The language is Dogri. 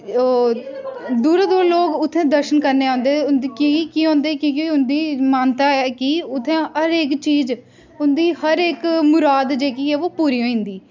ते ओह् दूरा दूरा लोक उत्थे दर्शन करने औंदे औंदे कि के उं'दी मानता ऐ कि उत्थें हर इक चीज़ उं'दी हर इक मुराद जेह्की ऐ ओह् पूरी होई जंदी